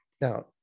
Now